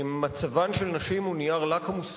מצבן של נשים הוא נייר לקמוס